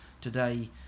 today